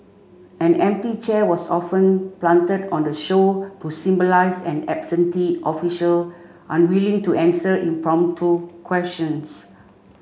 an empty chair was often planted on the show to symbolise an absentee official unwilling to answer impromptu questions